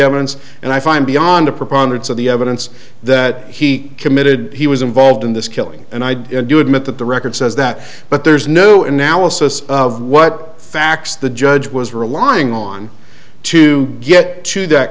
evidence and i find beyond a preponderance of the evidence that he committed he was involved in this killing and i do admit that the record says that but there's no analysis of what facts the judge was relying on to get to that